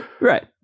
right